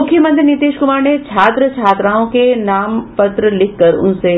मुख्यमंत्री नीतीश कुमार ने छात्र छात्राओं के नाम पत्र लिखकर उनसे